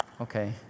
Okay